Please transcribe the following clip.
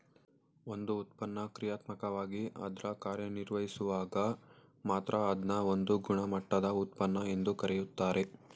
ಒಂದು ಉತ್ಪನ್ನ ಕ್ರಿಯಾತ್ಮಕವಾಗಿ ಅದ್ರ ಕಾರ್ಯನಿರ್ವಹಿಸುವಾಗ ಮಾತ್ರ ಅದ್ನ ಒಂದು ಗುಣಮಟ್ಟದ ಉತ್ಪನ್ನ ಎಂದು ಕರೆಯುತ್ತಾರೆ